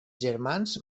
germans